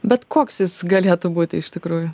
bet koks jis galėtų būti iš tikrųjų